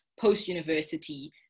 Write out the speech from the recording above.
post-university